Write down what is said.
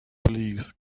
please